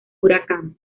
huracán